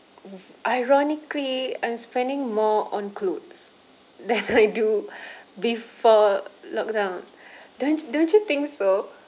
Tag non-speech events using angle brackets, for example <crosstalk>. ironically I'm spending more on clothes <laughs> than I do <breath> before lockdown <breath> don't don't you think so